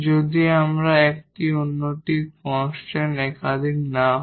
যদি একটি অন্যটির কনস্ট্যান্ট একাধিক না হয়